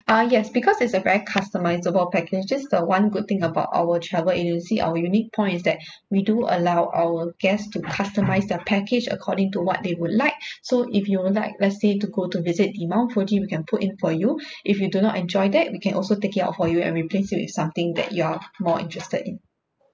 ah yes because it's a very customizable package just the one good thing about our travel agency our unique point is that we do allow our guests to customize their package according to what they would like so if you would like let's say to go to visit the mount fuji we can put in for you if you do not enjoy that we can also take it out for you and replace it with something that you are more interested in